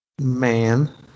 Man